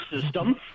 system